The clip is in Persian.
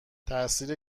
تاثیر